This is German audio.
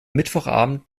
mittwochabend